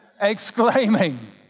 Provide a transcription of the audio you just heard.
exclaiming